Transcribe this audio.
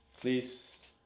Please